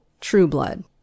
Trueblood